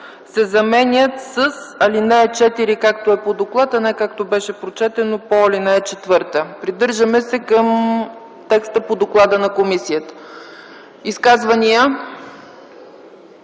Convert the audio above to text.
се заменят с „ал. 4”, както е по доклад, а не както беше прочетено „по ал. 4”.” Придържаме се към текста по доклада на комисията. Изказвания?